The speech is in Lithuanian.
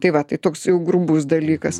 tai va tai toks jau grubus dalykas